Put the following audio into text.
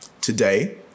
Today